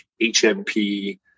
HMP